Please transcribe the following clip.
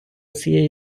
цієї